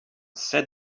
said